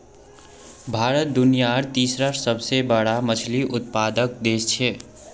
भारत दुनियार तीसरा सबसे बड़ा मछली उत्पादक देश छे